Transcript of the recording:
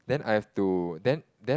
then I have to then then